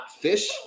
fish